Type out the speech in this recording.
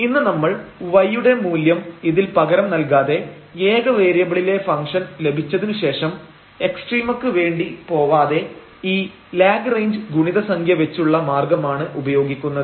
ഇന്ന് നമ്മൾ y യുടെ മൂല്യം ഇതിൽ പകരം നൽകാതെ ഏക വേരിയബിളിലെ ഫംഗ്ഷൻ ലഭിച്ചതിനുശേഷം എക്സ്ട്രീമക്ക് വേണ്ടി പോവാതെ ഈ ലാഗ്റേഞ്ച് ഗുണിത സംഖ്യ വെച്ചുള്ള മാർഗമാണ് ഉപയോഗിക്കുന്നത്